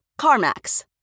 CarMax